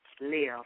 live